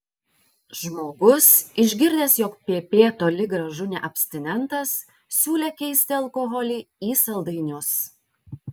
žmogus išgirdęs jog pp toli gražu ne abstinentas siūlė keisti alkoholį į saldainius